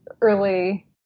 early